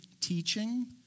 teaching